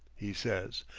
he says,